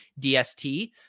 DST